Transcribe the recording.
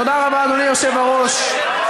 אדוני היושב-ראש,